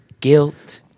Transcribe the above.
guilt